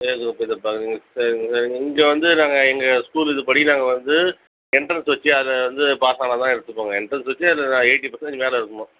ஏ group எதிர்பார்க்குறீங்க சரிங்க சரிங்க இங்கே வந்து நாங்கள் எங்கள் ஸ்கூல் இதுப்படி நாங்கள் வந்து எண்ட்ரன்ஸ் வச்சு அதை வந்து பாஸ் ஆனா தான் எடுத்துப்போங்க எண்ட்ரன்ஸ் வச்சு அதில் எயிட்டி பர்சண்டேஜ்ஜிக்கு மேலே இருக்கணும்